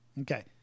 Okay